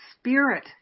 spirit